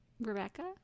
Rebecca